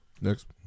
Next